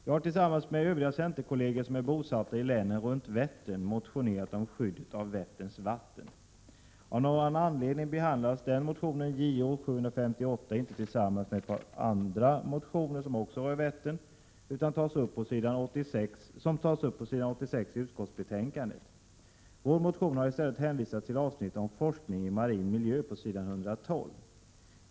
Jag har tillsammans med övriga centerkolleger som är bosatta i länen runt Vättern motionerat om skydd av Vätterns vatten. Av någon anledning behandlas den motionen, Jo758, inte tillsammans med ett par andra motioner som också rör Vättern och som tas upp på s. 86 i utskottsbetänkan det. Vår motion har i stället hänvisats till avsnittet om forskning i marin Prot. 1987/88:134 miljö, på s. 112.